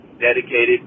dedicated